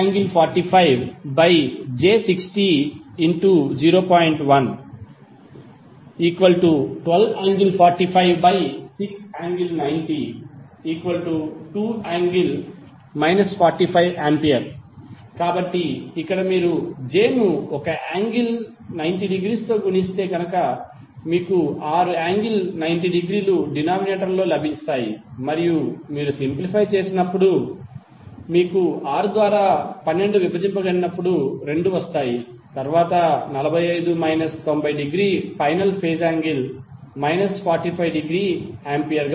112∠456∠902∠ 45A కాబట్టి ఇక్కడ మీరు j ను ఒక యాంగిల్ 90 డిగ్రీతో గుణిస్తే మీకు ఆరు యాంగిల్ 90 డిగ్రీలు డినామినేటర్ లో లభిస్తాయి మరియు మీరు సింప్లిఫై చేసినప్పుడు మీరు 6 ద్వారా 12 విభజించినప్పుడు 2 వస్తాయి తరువాత 45 minus 90 degree final phase angle minus 45 degree ampere